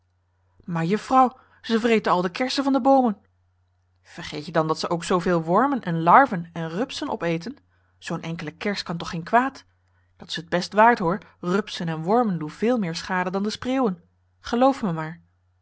maar juffrouw ze vreten al de kersen van de boomen vergeet je dan dat ze ook zoo veel wormen en larven en rupsen opeten zoo'n enkele kers kan toch geen kwaad dat is t best waard hoor rupsen en wormen doen veel meer schade dan de spreeuwen geloof me maar